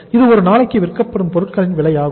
இது ஒரு நாளுக்கு விற்கப்படும் பொருட்களின் விலை ஆகும்